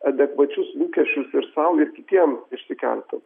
adekvačius lūkesčius ir sau ir kitiem išsikelti